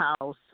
house